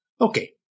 Okay